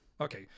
okay